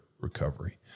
recovery